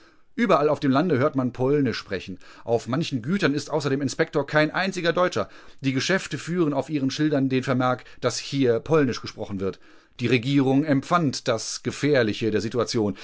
überall auf dem lande hört man polnisch sprechen auf manchen gütern ist außer dem inspektor kein einziger deutscher die geschäfte führen auf ihren schildern den vermerk daß hier polnisch gesprochen wird die regierung empfand das gefährliche der situation